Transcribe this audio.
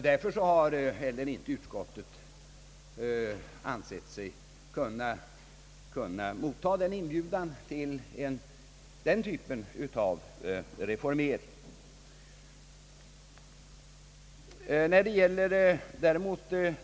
Utskottet har därför inte heller ansett sig kunna gå med på den typen av reformering.